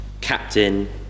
Captain